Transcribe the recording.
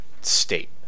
state